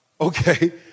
Okay